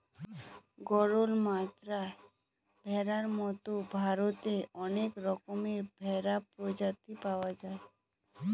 গরল, মাদ্রাজ ভেড়ার মতো ভারতে অনেক রকমের ভেড়ার প্রজাতি পাওয়া যায়